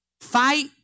Fight